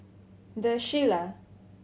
the Shilla